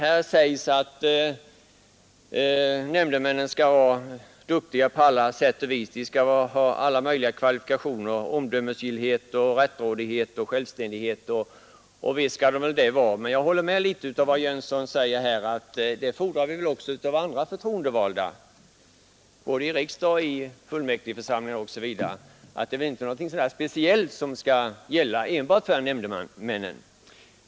Det s här att nämndemännen skall vara duktiga på alla sätt och vis, de skall ha alla möjliga kvalifikationer: omdömesgillhet, rättrådighet och ändighet. Och visst skall de väl ha dessa egenskaper, men jag håller i viss mån med om det som herr Jönsson säger, att vi fordrar det också av andra förtroendevalda i både riksdag och fullmäktigeförsamlingar osv så det är väl inte något speciellt som skall gälla enbart för nämndemännen.